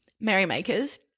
merrymakers